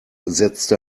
setzte